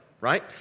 right